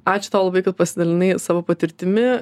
ačiū tau labai kad pasidalinai savo patirtimi